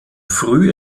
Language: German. früh